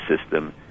system